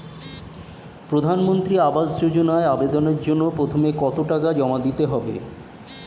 প্রধানমন্ত্রী আবাস যোজনায় আবেদনের জন্য প্রথমে কত টাকা জমা দিতে হবে?